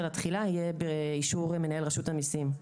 התחילה יהיה באישור מנהל רשות המיסים.